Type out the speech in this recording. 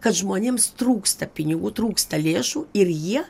kad žmonėms trūksta pinigų trūksta lėšų ir jie